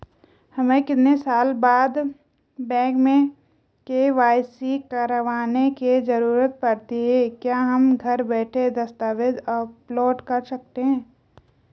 हमें कितने साल बाद बैंक में के.वाई.सी करवाने की जरूरत पड़ती है क्या हम घर बैठे दस्तावेज़ अपलोड कर सकते हैं?